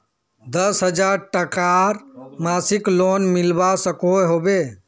दस हजार टकार मासिक लोन मिलवा सकोहो होबे?